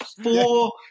four